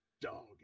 dog